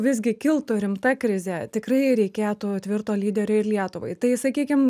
visgi kiltų rimta krizė tikrai reikėtų tvirto lyderio ir lietuvai tai sakykim